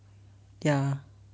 ya